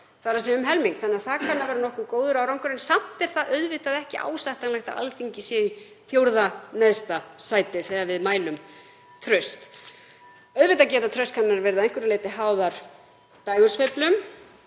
þ.e. um helming, þannig að það kann að vera nokkuð góður árangur. En samt er það auðvitað ekki ásættanlegt að Alþingi sé í fjórða neðsta sæti þegar við mælum traust. Auðvitað geta traustskannanir verið að einhverju leyti háðar dægursveiflum